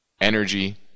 energy